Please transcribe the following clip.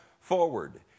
forward